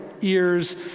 ears